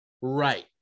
right